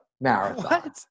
marathon